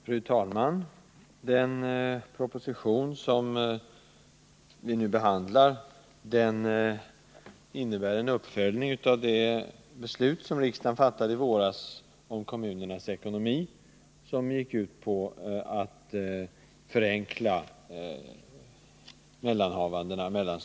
Fru talman! Den proposition som vi nu behandlar är en uppföljning av det beslut om att förenkla mellanhavandena mellan staten och kommunerna som riksdagen fattade i våras.